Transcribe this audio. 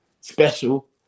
special